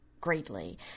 greatly